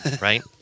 Right